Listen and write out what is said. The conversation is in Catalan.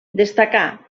destacà